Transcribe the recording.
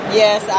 yes